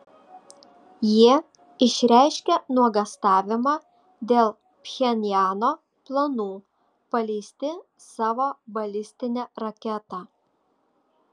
jie išreiškė nuogąstavimą dėl pchenjano planų paleisti savo balistinę raketą